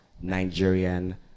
Nigerian